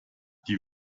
die